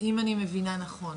אם אני מבינה נכון,